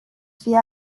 fie